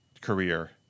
career